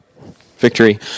Victory